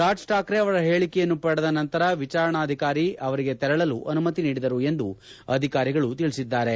ರಾಜ್ ಠಾಕ್ರೆ ಅವರ ಹೇಳಿಕೆಯನ್ನು ಪಡೆದ ನಂತರ ವಿಚಾರಣಾಧಿಕಾರಿ ಅವರಿಗೆ ತೆರಳಲು ಅನುಮತಿ ನೀಡಿದರು ಎಂದು ಅಧಿಕಾರಿಗಳು ತಿಳಿಸಿದ್ದಾರೆ